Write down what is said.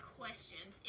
questions